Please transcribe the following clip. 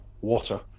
water